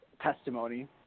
testimony